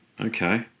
Okay